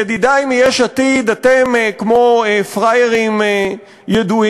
ידידי מיש עתיד, אתם, כמו פראיירים ידועים,